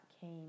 came